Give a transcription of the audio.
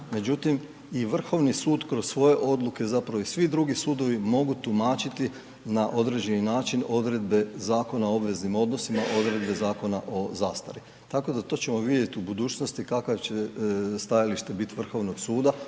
Međutim, i Vrhovni sud kroz svoje odluke zapravo i svi drugi sudovi mogu tumačiti na određeni način odredbe Zakona o obveznim odnosima, odredbe Zakona o zastari. Tako da to ćemo vidjeti u budućnosti, kakvo će stajalište biti Vrhovnog suda,